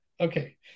Okay